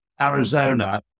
Arizona